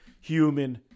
human